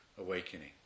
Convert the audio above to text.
awakening